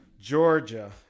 Georgia